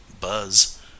buzz